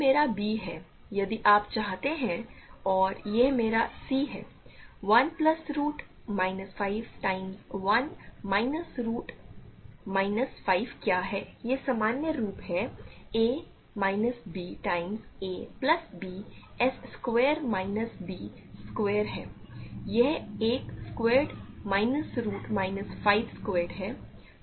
तो यह मेरा B है यदि आप चाहते हैं और यह मेरा c है 1 plus root minus 5 times 1 minus root minus 5 क्या है यह सामान्य रूप है a minus b times a plus b s square minus b square है यह 1 squared minus root minus 5 squared है